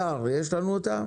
שלום.